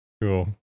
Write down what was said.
cool